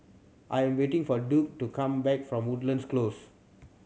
I am waiting for Duke to come back from Woodlands Close